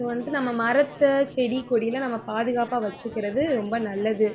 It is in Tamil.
ஸோ வந்துட்டு நம்ம மரத்தை செடி கொடியெல்லாம் நம்ம பாதுகாப்பாக வச்சுக்கிறது ரொம்ப நல்லது